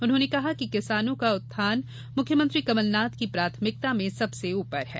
उन्होंने कहा कि किसानों का उत्थान मुख्यमंत्री कमलनाथ की प्राथमिकता में सबसे ऊपर है